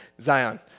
Zion